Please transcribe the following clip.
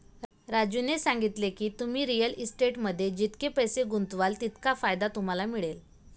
राजूने सांगितले की, तुम्ही रिअल इस्टेटमध्ये जितके पैसे गुंतवाल तितका फायदा तुम्हाला मिळेल